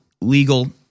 legal